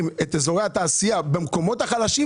את אזורי התעשייה במקומות החלשים,